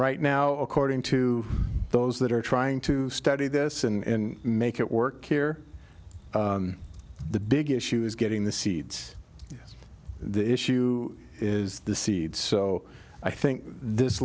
right now according to those that are trying to study this and make it work here the big issue is getting the seeds the issue is the seed so i think this